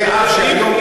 בתי-אב שהיום,